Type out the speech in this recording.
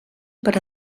per